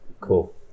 Cool